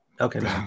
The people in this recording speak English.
Okay